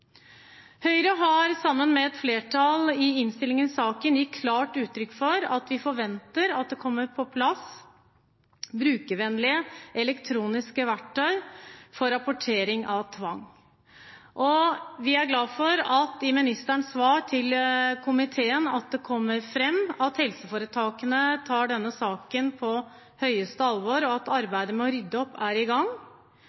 Høyre har, sammen med et flertall, i innstillingen til saken gitt klart uttrykk for at vi forventer at det kommer på plass brukervennlige elektroniske verktøy for rapportering av tvang. Vi er glad for at det i ministerens svar til komiteen kommer fram at helseforetakene tar denne saken på høyeste alvor, at arbeidet med å rydde opp er i gang, og at